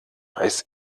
weiß